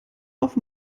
auf